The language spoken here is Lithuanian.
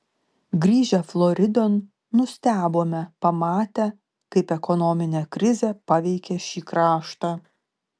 grįžę floridon nustebome pamatę kaip ekonominė krizė paveikė šį kraštą